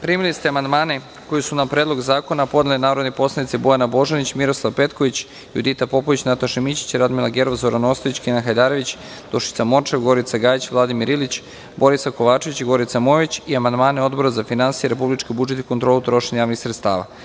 Primili ste amandmane koje su na Predlog zakona podneli narodni poslanici: Bojana Božanić, Miroslav Petković, Judita Popović, Nataša Mićić, Radmila Gerov, Zoran Ostojić, Kenan Hajdarević, Dušica Morčev, Gorica Gajjić, Vladimir Ilić, Borisav Kovačević i Gorica Mojović i amandmane Odbora za finansije, republički budžet i kontrolu trošenja javnih sredstava.